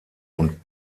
und